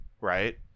Right